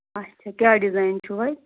اَچھا کیٛاہ ڈِزاین چھُو حظ